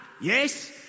yes